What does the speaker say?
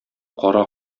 кара